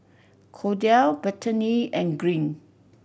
Kordell Bethany and Green